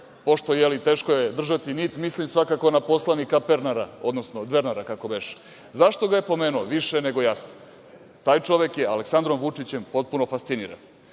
pošto je teško držati nit, mislim svakako na poslanika Pernara, odnosno „Dvernara“, kako beše? Zašto ga je pomenuo, to je više nego jasno. Taj čovek je Aleksandrom Vučićem potpuno fasciniran,